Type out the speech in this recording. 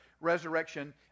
resurrection